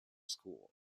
school